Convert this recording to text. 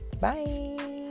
Bye